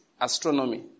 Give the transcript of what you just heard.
astronomy